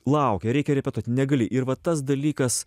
laukia reikia repetuoti negali ir va tas dalykas